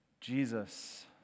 Jesus